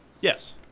Yes